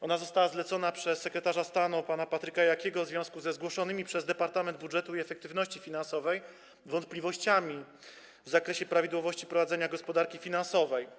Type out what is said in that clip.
Ona została zlecona przez sekretarza stanu pana Patryka Jakiego w związku ze zgłoszonymi przez Departament Budżetu i Efektywności Finansowej wątpliwościami w zakresie prawidłowości prowadzenia gospodarki finansowej.